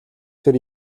тэр